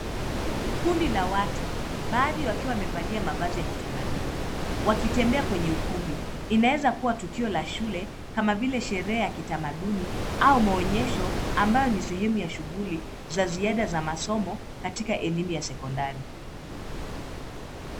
Kundi la watu baadhi wakiwa wamevalia mavazi ya kitamaduni wakitembea kwenye ukumbi. Inaweza kuwa tukio la shule kama vile sherehe ya kitamaduni au maonyesho ambayo ni sehemu ya shughuli za ziada za masomo katika elimu ya sekondari.